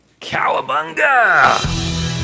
Cowabunga